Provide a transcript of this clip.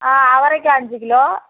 ஆ அவரைக்காய் அஞ்சு கிலோ